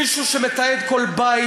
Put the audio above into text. מישהו שמתעד כל בית,